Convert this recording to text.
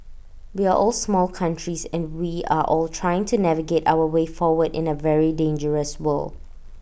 we are all small countries and we are all trying to navigate our way forward in A very dangerous world